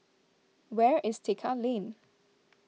where is Tekka Lane